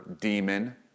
demon